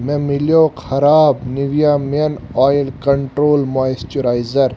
مےٚ مِلیو خراب نِویا مٮ۪ن اویل کنٛٹرول مویسچُرایزر